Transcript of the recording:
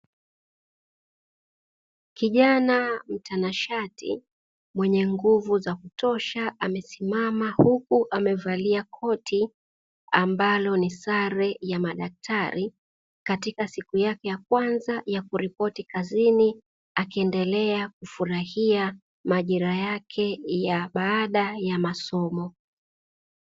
Kijana mtananshati kwenye nguvu za kutosha amesimama, huku amevalia koti ambalo ni sale ya madactari katika siku yake ya kwanza ya kurepoti kazini, akiendelea kurahia majira yake baada ya masomo.